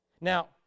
Now